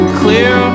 clear